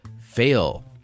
fail